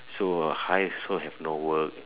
so uh I also have no work